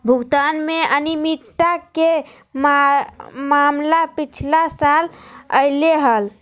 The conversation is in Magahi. भुगतान में अनियमितता के मामला पिछला साल अयले हल